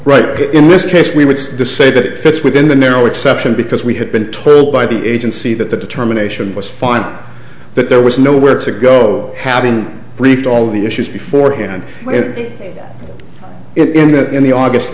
right in this case we would see the say that it fits within the narrow exception because we had been told by the agency that the determination was final that there was nowhere to go had been briefed all of the issues before hand it in the in the august